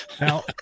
now